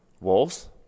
Wolves